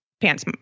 pants